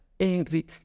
angry